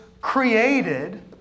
created